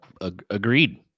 Agreed